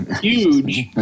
huge